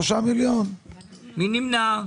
מי נמנע?